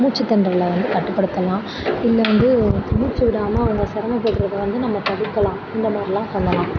மூச்சுத்திணறல வந்து கட்டுப்படுத்தலாம் இதில் வந்து மூச்சு விடாமல் அவங்க சிரமப்பட்றத வந்து நம்ம தவிர்க்கலாம் இந்த மாதிரிலாம் பண்ணலாம்